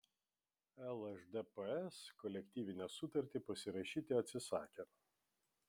lšdps kolektyvinę sutartį pasirašyti atsisakė